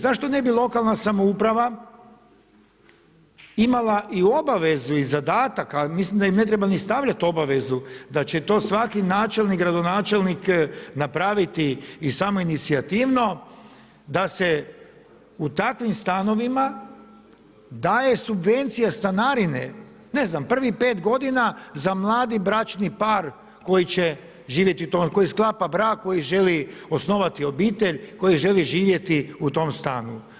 Zašto ne bi lokalna samouprava imala i obavezu i zadatak, ali mislim da im ni ne treba stavljati obavezu da će to svaki načelnik, gradonačelnik napraviti i samoinicijativno da se u takvim stanovima daje subvencija stanarine, ne znam prvih pet godina za mladi bračni par koji sklapa brak, koji želi osnovati obitelj, koji želi živjeti u tom stanu.